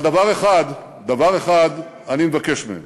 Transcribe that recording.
אבל דבר אחד, דבר אחד אני מבקש מהם